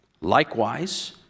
Likewise